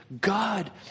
God